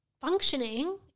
functioning